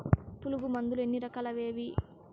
పులుగు మందులు ఎన్ని రకాలు అవి ఏవి?